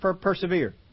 persevere